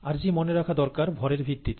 rg মনে রাখা দরকার ভরের ভিত্তিতে